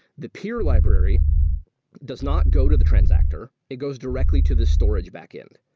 the peer library does not go to the transactor. it goes directly to the storage backend.